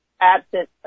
absent